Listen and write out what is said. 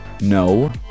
no